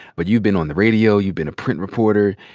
but you've been on the radio. you've been a print reporter.